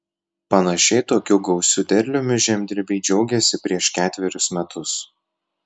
panašiai tokiu gausiu derliumi žemdirbiai džiaugėsi prieš ketverius metus